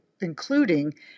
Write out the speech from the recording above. including